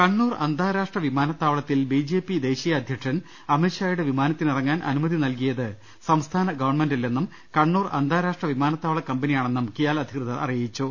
കണ്ണൂർ അന്താരാഷ്ട്ര വിമാനത്താവളത്തിൽ ബിജെപി ദേശീയ അധ്യക്ഷൻ അമിത്ഷായുടെ വിമാനത്തിനിറങ്ങാൻ അനുമതി നൽകി യത് സംസ്ഥാന ഗവൺമെന്റല്ലെന്നും കണ്ണൂർ അന്താരാഷ്ട്ര വിമാന ത്താവള കമ്പനിയാണെന്നും കിയാൽ അധികൃതർ അറിയിച്ചു